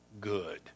good